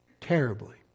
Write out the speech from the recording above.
terribly